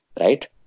right